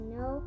no